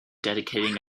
dedicating